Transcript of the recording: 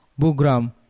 Bugram